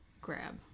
grab